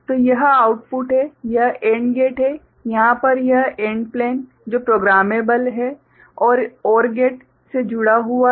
तो यह आउटपुट है यह AND गेट है यहां पर यह AND प्लेन जो प्रोग्रामेबल है और OR गेट से जुड़ा हुआ है